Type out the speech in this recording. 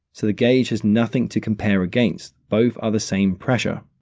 so the gauge has nothing to compare against both are the same pressure.